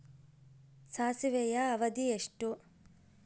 ಸಾಸಿವೆಯ ಅವಧಿ ಎಷ್ಟು?